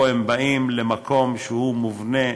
פה הם באים למקום שהוא מובנה,